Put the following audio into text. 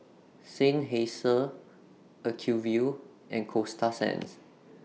Seinheiser Acuvue and Coasta Sands